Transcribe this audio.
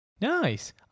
Nice